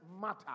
matter